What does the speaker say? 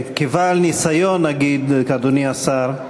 כבעל ניסיון, אגיד, אדוני השר,